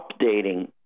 updating